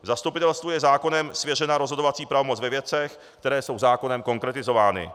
Zastupitelstvu je zákonem svěřena rozhodovací pravomoc ve věcech, které jsou zákonem konkretizovány.